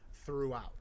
throughout